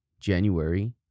January